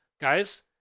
Guys